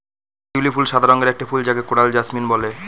শিউলি ফুল সাদা রঙের একটি ফুল যাকে কোরাল জাসমিন বলে